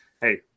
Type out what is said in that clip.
hey